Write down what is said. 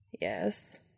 Yes